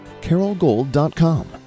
carolgold.com